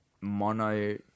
mono